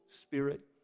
spirit